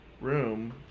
room